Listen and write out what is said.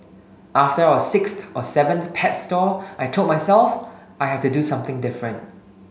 after our sixth or seventh pet store I told myself I have to do something different